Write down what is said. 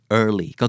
early